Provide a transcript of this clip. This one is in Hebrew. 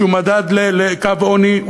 שהוא מדד לקו עוני.